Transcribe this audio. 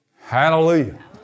Hallelujah